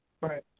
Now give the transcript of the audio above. Right